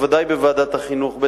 בוודאי בוועדת החינוך,